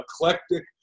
eclectic